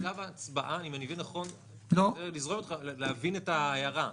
אני מנסה להבין את ההערה.